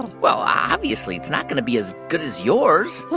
well, obviously it's not going to be as good as yours